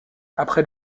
après